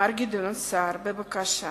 מר גדעון סער בבקשה